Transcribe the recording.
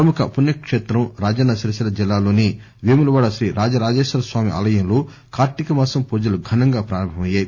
ప్రముఖ పుణ్యకేత్రం రాజన్న సిరిసిల్లా జిల్లా లోని వేములవాడ శ్రీ రాజరాజేశ్వర స్వామి ఆలయంలో కార్తీక మాసం పూజలు ఘనంగా ప్రారంభమయ్యాయి